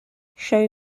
show